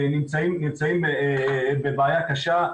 נמצאים בבעיה קשה,